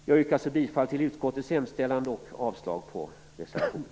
Jag yrkar bifall till utskottets hemställan och avslag på reservationen.